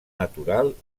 natural